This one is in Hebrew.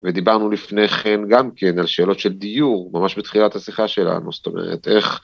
ודיברנו לפני כן גם כן על שאלות של דיור ממש בתחילת השיחה שלנו זאת אומרת איך.